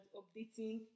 updating